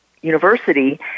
university